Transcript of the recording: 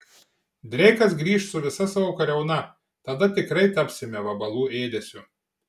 dreikas grįš su visa savo kariauna tada tikrai tapsime vabalų ėdesiu